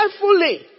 carefully